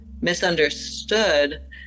misunderstood